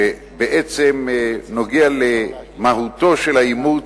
שבעצם נוגע למהותו של האימוץ,